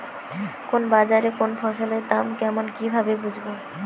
কোন বাজারে কোন ফসলের দাম কেমন কি ভাবে বুঝব?